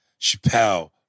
Chappelle